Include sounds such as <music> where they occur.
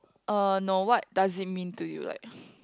uh no what does it mean to you like <breath>